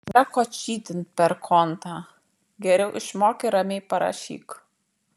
nėra ko čytint per kontą geriau išmok ir ramiai parašyk